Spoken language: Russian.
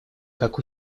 как